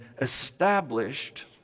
established